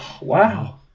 Wow